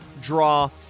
draw